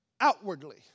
outwardly